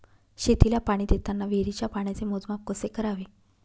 शेतीला पाणी देताना विहिरीच्या पाण्याचे मोजमाप कसे करावे?